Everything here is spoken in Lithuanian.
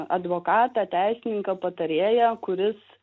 advokatą teisininką patarėją kuris